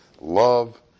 Love